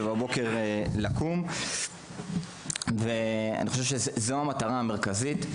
אז אני חושב שזו המטרה העיקרית.